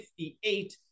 58